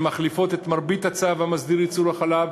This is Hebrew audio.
שמחליפות את מרבית הצו המסדיר ייצור חלב.